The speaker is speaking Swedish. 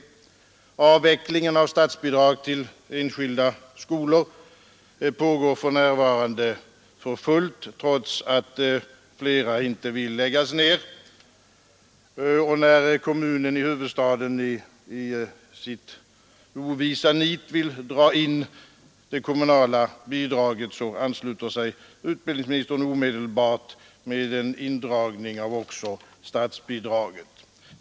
Avvecklingen av statsbidrag till enskilda skolor pågår för fullt trots att flera är emot att läggas ned; och när kommunen i huvudstaden i sitt ovisa nit vill dra in det kommunala bidraget, ansluter sig utbildningsministern omedelbart med en indragning också av statsbidraget.